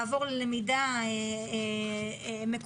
לעבור ללמידה מקוונת,